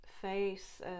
face